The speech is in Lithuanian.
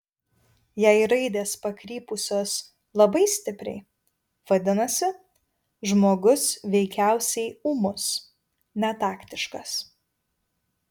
jei raidės pakrypusios labai stipriai vadinasi žmogus veikiausiai ūmus netaktiškas